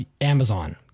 Amazon